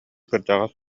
кырдьаҕас